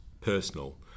personal